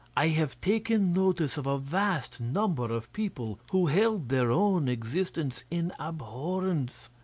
i have taken notice of a vast number of people who held their own existence in abhorrence,